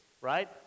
right